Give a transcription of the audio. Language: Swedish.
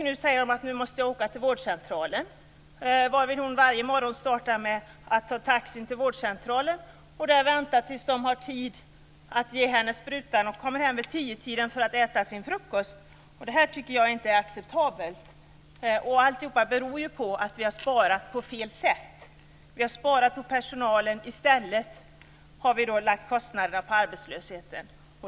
Nu säger de att jag måste åka till vårdcentralen. Varje morgon börjar hon alltså med att ta taxi till vårdcentralen, och där får hon vänta tills man har tid att ge henne sprutan. Hon kommer hem vid 10-tiden för att äta sin frukost. Det här tycker jag inte är acceptabelt. Alltihop beror på att vi har sparat på fel sätt. Vi har sparat på personalen och i stället lagt kostnaderna på arbetslösheten.